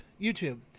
YouTube